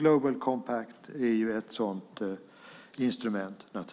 Global Compact är ett instrument.